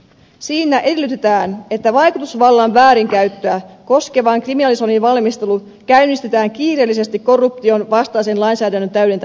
siinä edellytetään että vaikutusvallan väärinkäyttöä koskevan kriminalisoinnin valmistelu käynnistetään kiireellisesti korruptionvastaisen lainsäädännön täydentämiseksi